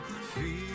Feel